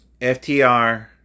FTR